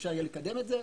שאפשר יהיה לקדם את זה.